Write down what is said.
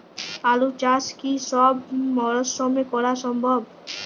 আলু চাষ কি সব মরশুমে করা সম্ভব?